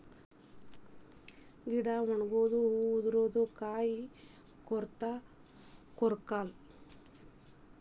ಗಿಡಾ ಒಣಗುದು ಹೂ ಉದರುದು ಕಾಯಿ ಕೊರತಾ ಕೊರಕ್ಲಾ